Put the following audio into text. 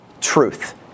truth